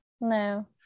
no